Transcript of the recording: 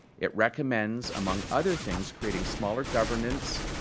it recommends, among other things, creating smaller governance